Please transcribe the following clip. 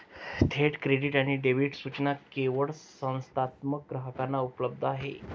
थेट क्रेडिट आणि डेबिट सूचना केवळ संस्थात्मक ग्राहकांना उपलब्ध आहेत